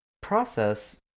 process